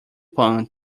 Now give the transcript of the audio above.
pong